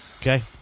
Okay